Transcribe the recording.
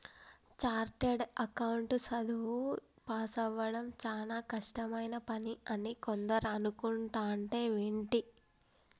chartered account చదువు పాసవ్వడం చానా కష్టమైన పని అని కొందరు అనుకుంటంటే వింటి